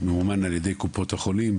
ממומן על-ידי קופות החולים,